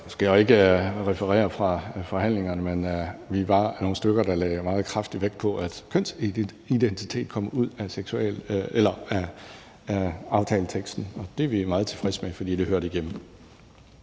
jeg jo ikke referere fra forhandlingerne, men vi var nogle stykker, der lagde meget kraftig vægt på, at kønsidentitet kom ud af aftaleteksten, og det er vi meget tilfredse med, for det hørte ikke